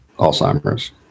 Alzheimer's